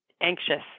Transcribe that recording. anxious